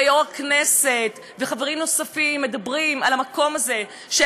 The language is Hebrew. ויו"ר הכנסת וחברים נוספים מדברים על המקום הזה של